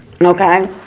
Okay